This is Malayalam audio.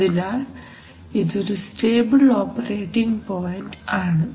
അതിനാൽ ഇതൊരു സ്റ്റേബിൾ ഓപ്പറേറ്റിങ് പോയിൻറ് ആണ്